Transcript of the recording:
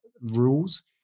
rules